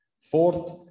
Fourth